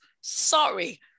sorry